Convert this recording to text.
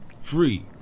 Free